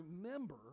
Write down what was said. remember